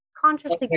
consciously